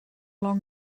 long